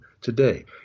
today